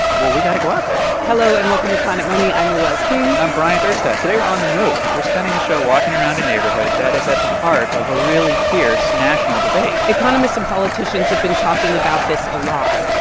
but we got to go out there hello, and welcome to planet money. i'm noel king and i'm bryant urstadt. today, we're on the move. we're spending the show walking around a neighborhood that is at the heart of a really fierce national debate economists and politicians have been talking about this a lot.